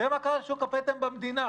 תראה מה קרה לשוק הפטם במדינה.